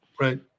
Right